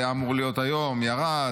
והיה אמור להיות היום וירד.